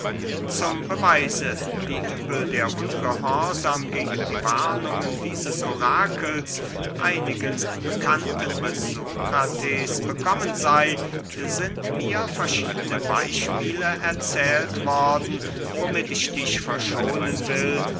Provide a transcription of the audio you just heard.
zum beweise wie übel der ungehorsam gegen die warnungen dieses orakels einigen bekannten des sokrates bekommen sey sind mir verschiedene beyspiele erzählt worden womit ich dich verschonen will